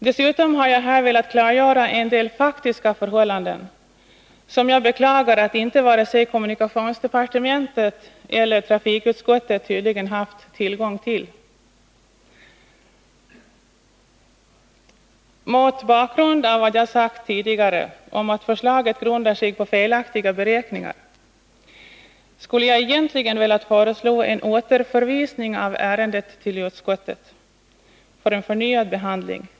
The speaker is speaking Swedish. Dessutom har jag här velat klargöra en del faktiska förhållanden, som jag beklagar att varken kommunikationsdepartementet eller trafikutskottet tydligen har haft kännedom om. Mot bakgrund av vad jag tidigare har sagt om att förslaget grundar sig på felaktiga beräkningar, skulle jag egentligen ha velat föreslå en återförvisning av ärendet till utskottet för en förnyad behandling.